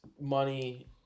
money